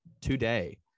today